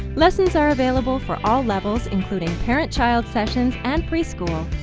lessons are available for all levels including parent child sessions and preschool.